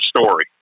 story